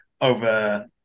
over